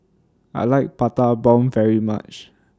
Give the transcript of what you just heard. I like Prata Bomb very much